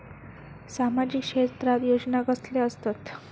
सामाजिक क्षेत्रात योजना कसले असतत?